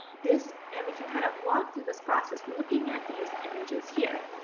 this and we can kind of walk through this process looking at these images here.